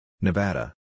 Nevada